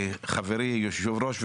וחברי היושב-ראש,